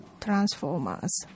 Transformers